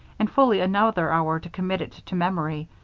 and fully another hour to commit it to memory,